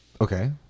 Okay